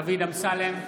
דוד אמסלם,